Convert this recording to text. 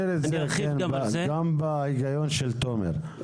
גם בהיגיון של תומר רוזנר.